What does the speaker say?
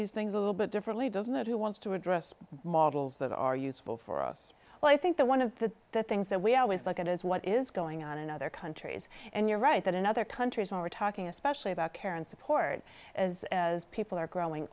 these things a little bit differently doesn't it who wants to address models that are useful for us well i think that one of the things that we always look at is what is going on in other countries and you're right that in other countries when we're talking especially about care and support as people are growing